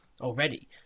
already